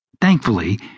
Thankfully